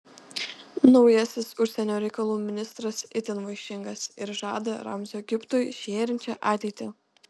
naujasis užsienio reikalų ministras itin vaišingas ir žada ramzio egiptui žėrinčią ateitį